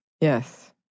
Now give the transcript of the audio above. yes